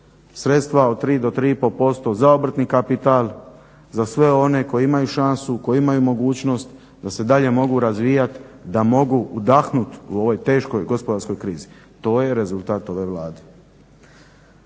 Sredstva od 3 do 3,5% za obrtni kapital, za sve one koji imaju šansu, koji imaju mogućnost da se dalje mogu razvijat, da mogu udahnut u ovoj teškoj gospodarskoj krizi. To je rezultat ove Vlade.